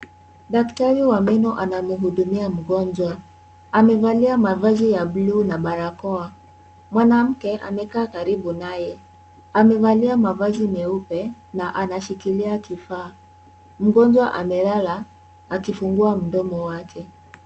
Daktari wa meno anamhudumia mgonjwa amevalia mavazi ya bluu na barakoa. Mwanamke amekaa karibu naye amevalia mavazi meupe na anashikilia kifaa. Mgonjwa amelala, akifungua mdomo wake.